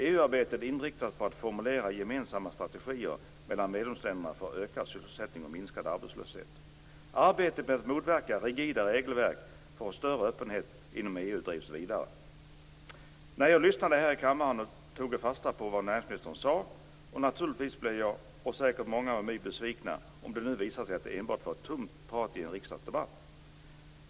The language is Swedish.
EU-arbetet inriktas på att formulera gemensamma strategier mellan medlemsländerna för ökad sysselsättning och minskad arbetslöshet. Arbetet med att motverka rigida regelverk och för en större öppenhet inom EU drivs vidare. När jag lyssnade här i kammaren tog jag fasta på vad näringsministern sade. Naturligtvis blir jag - och säkert många med mig - besviken om det nu visar sig att det enbart var tomt prat i en riksdagsdebatt.